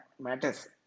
matters